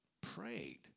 prayed